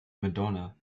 madonna